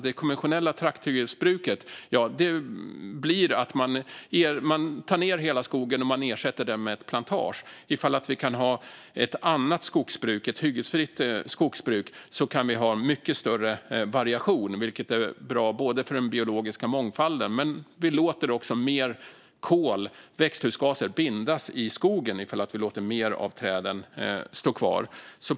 Det konventionella trakthyggesbruket går ut på att man tar ned hela skogen och ersätter den med plantage. Om vi kan ha ett annat, hyggesfritt skogsbruk kan vi ha mycket större variation, vilket är bra för den biologiska mångfalden. Vi låter också mer kol och växthusgaser bindas i skogen om vi låter mer träd stå kvar.